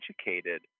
educated